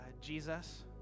Jesus